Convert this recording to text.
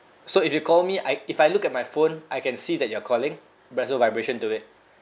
so if you call me I if I look at my phone I can see that you are calling but there's no vibration to it